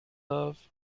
love